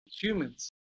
humans